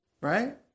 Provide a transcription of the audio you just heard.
right